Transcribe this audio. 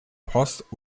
post